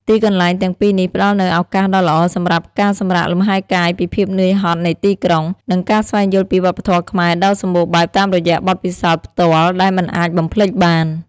ទីកន្លែងទាំងពីរនេះផ្តល់នូវឱកាសដ៏ល្អសម្រាប់ការសម្រាកលំហែកាយពីភាពនឿយហត់នៃទីក្រុង និងការស្វែងយល់ពីវប្បធម៌ខ្មែរដ៏សម្បូរបែបតាមរយៈបទពិសោធន៍ផ្ទាល់ដែលមិនអាចបំភ្លេចបាន។